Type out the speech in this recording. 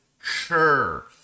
sure